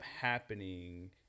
happening